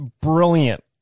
brilliant